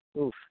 oof